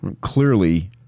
Clearly